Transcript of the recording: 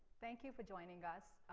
thank you for joining us.